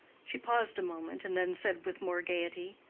she paused a moment and then said with more gayety,